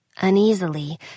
Uneasily